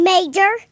Major